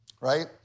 right